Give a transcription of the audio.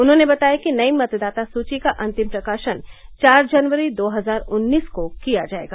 उन्होंने बताया कि नई मतदाता सूची का अंतिम प्रकाशन चार जनवरी दो हजार उन्नीस को किया जायेगा